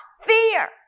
fear